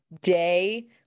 day